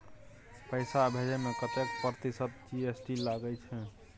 पैसा भेजै में कतेक प्रतिसत जी.एस.टी लगे छै?